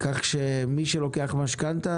כך שמי שלוקח משכנתא